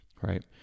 right